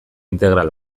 integral